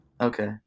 Okay